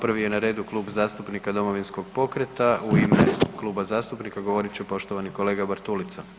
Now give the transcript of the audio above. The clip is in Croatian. Prvi je na redu Klub zastupnika Domovinskog pokreta, u ime kluba zastupnika govorit će poštovani kolega Bartulica.